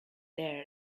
there